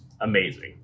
amazing